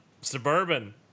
Suburban